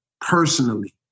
personally